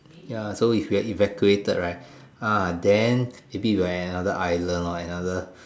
ya so if we're evacuated right ah then maybe we're at another island or another